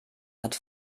hat